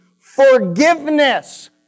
forgiveness